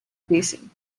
basin